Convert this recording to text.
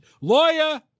lawyer